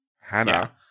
Hannah